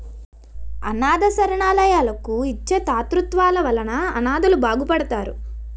అనాధ శరణాలయాలకు ఇచ్చే తాతృత్వాల వలన అనాధలు బాగుపడతారు